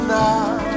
now